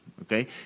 Okay